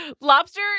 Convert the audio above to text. Lobster